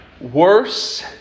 worse